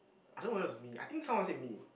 I don't know whether it was me I think someone said me